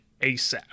asap